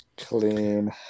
Clean